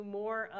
more